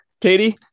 Katie